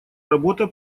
работа